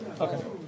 Okay